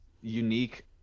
unique